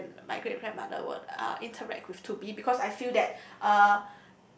and then my great grandmother will uh interact with to me because I feel that uh